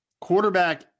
quarterback